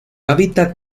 hábitat